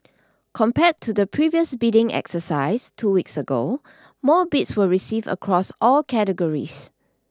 compared to the previous bidding exercise two weeks ago more bids were received across all categories